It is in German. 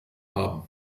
haben